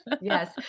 Yes